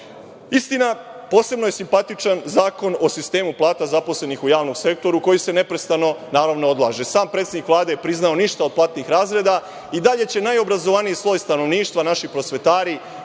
godine. Istina, posebno je simpatičan Zakon o sistemu plata zaposlenih u javnom sektoru, koji se neprestano, naravno, odlaže. Sam predsednik Vlade je priznao – ništa od platnih razreda. I dalje će najobrazovaniji sloj stanovništva, naši prosvetari